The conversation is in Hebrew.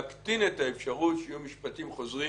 להקטין את האפשרות שיהיו משפטים חוזרים